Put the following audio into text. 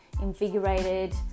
invigorated